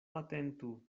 atentu